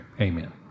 Amen